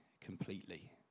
completely